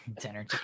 dinner